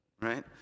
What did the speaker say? Right